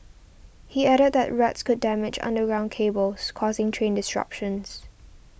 he added that rats could damage underground cables causing train disruptions